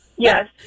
Yes